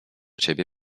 ciebie